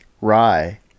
Rye